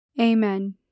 Amen